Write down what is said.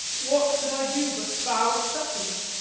what could i do but bow acceptance?